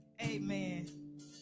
amen